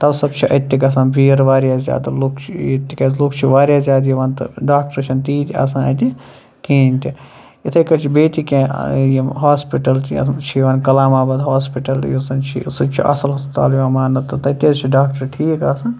تَوسب چھِ اَتہِ گَژھان بیٖر واریاہ زیادٕ لُکھ چھِ تِکیازِ لُکھ چھِ زیادٕ یِوان تہٕ ڈاکٹَر چھِنہٕ تیٖتۍ آسان اَتہِ کِہیٖنۍ تہِ یِتھٕے کٔنۍ چھِ بیٚیہِ تہِ کینٛہہ یِم ہوسپِٹَل یَتھ منٛز چھِ یِوان کَلاما باد ہوسپِٹَل یُس زَن چھُ سُہ تہِ چھُ اَصٕل ہَسپتال یِوان ماننہٕ تہٕ تَتہِ حظ چھِ ڈاکٹَر ٹھیٖک آسان